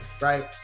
right